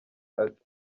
ati